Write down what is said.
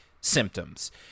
symptoms